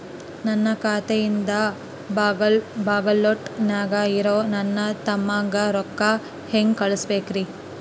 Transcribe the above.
ನನ್ನ ಖಾತೆಯಿಂದ ಬಾಗಲ್ಕೋಟ್ ನ್ಯಾಗ್ ಇರೋ ನನ್ನ ತಮ್ಮಗ ರೊಕ್ಕ ಹೆಂಗ್ ಕಳಸಬೇಕ್ರಿ?